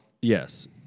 yes